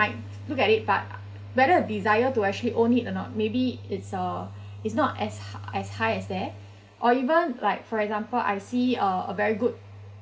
might look at it but whether a desire to actually own it or not maybe it's uh it's not as h~ as high as there or even like for example I see uh a very good